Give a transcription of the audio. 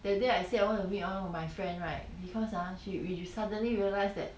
that day I said I want to meet one of my friend right because ah she we suddenly realise that